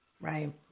Right